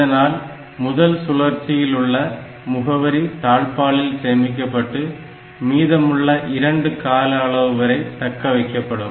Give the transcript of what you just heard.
இதனால் முதல் சுழற்சியில் உள்ள முகவரி தாழ்பாளில் சேமிக்கப்பட்டு மீதமுள்ள இரண்டு கால அளவு வரை தக்க வைக்கப்படும்